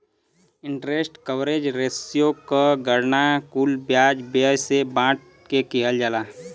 interest coverage ratio क गणना कुल ब्याज व्यय से बांट के किहल जाला